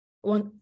one